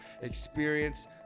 experience